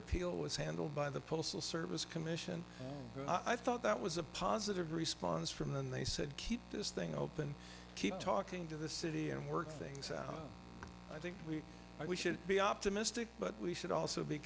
appeal was handled by the postal service commission i thought that was a positive response from them and they said keep this thing open keep talking to the city and work things out i think we should be optimistic but we should also be